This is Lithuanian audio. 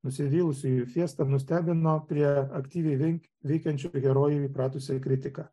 nusivylusiųjų fiesta nustebino prie aktyviai veikiančiu herojumi įpratusia kritiką